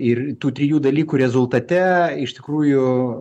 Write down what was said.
ir tų trijų dalykų rezultate iš tikrųjų